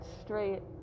straight